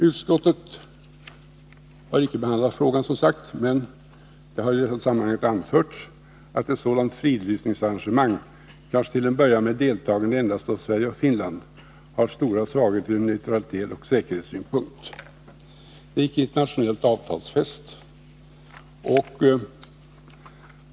Utskottet har, som sagt, icke behandlat frågan, men det har i sammanhanget anförts att ett sådant fridlysningsarrangemang, kanske till en början med deltagande endast av Sverige och Finland, har svagheter ur neutralitetsoch säkerhetssynpunkt. Det är icke internationellt avtalsfäst.